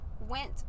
went